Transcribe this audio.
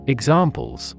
Examples